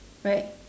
right